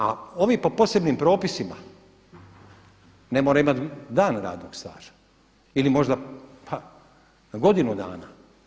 A ovi po posebnim propisima ne moraju imati dan radnog staža ili možda pa godinu dana.